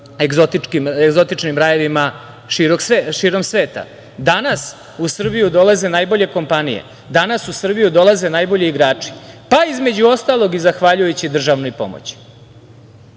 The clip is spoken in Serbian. egzotičnim rajevima širom sveta. Danas u Srbiju dolaze najbolje kompanije, danas u Srbiju dolaze najbolji igrači, pa između ostalog zahvaljujući držanoj pomoći. Između